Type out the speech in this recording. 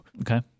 Okay